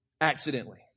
accidentally